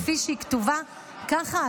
כפי שהיא כתובה ככה,